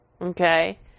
Okay